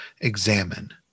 examine